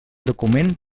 document